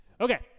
Okay